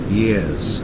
years